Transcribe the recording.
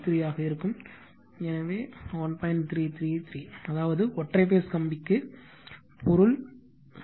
333 அதாவது ஒற்றை பேஸ் கம்பிக்கு பொருள் வால்யும் 1